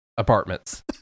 Apartments